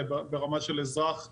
אלא ברמה של אזרח מודאג,